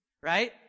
Right